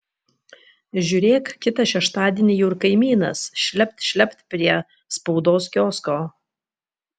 žiūrėk kitą šeštadienį jau ir kaimynas šlept šlept prie spaudos kiosko